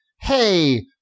Hey